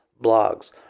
blogs